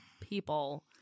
people